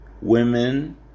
women